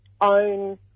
own